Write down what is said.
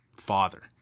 Father